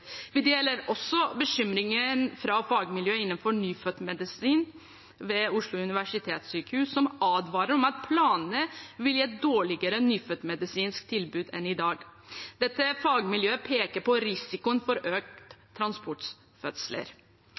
Vi deler også bekymringen fra fagmiljøet innenfor nyfødtmedisin ved Oslo universitetssykehus, som advarer om at planene vil gi et dårligere nyfødtmedisinsk tilbud enn i dag. Dette fagmiljøet peker på risikoen for økt antall transportfødsler.